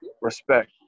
respect